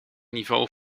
niveau